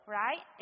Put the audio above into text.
right